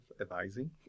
advising